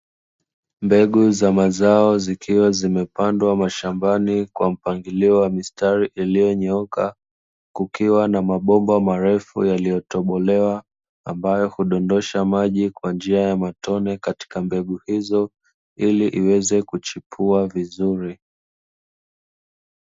Mbegu za mazao zikiwa zimepandwa mashambani kwa mpangilio wa mistari iliyonyooka, kukiwa na mabomba marefu yaliyotobolewa ambayo hudondosha maji kwa njia ya matone katika mbegu hizo, ili iweze kuchipua vizuri.